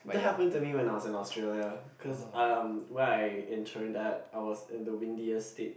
that happened to me when I was in Australia cause um where I interned at I was in the windiest state